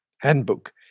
handbook